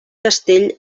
castell